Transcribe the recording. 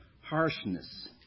harshness